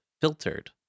filtered